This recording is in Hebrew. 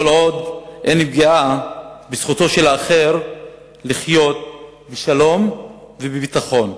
כל עוד אין פגיעה בזכותו של האחר לחיות בשלום ובביטחון,